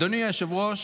אדוני היושב-ראש,